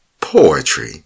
Poetry